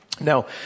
now